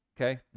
okay